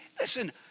listen